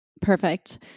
Perfect